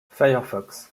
firefox